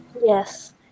Yes